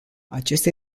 acesta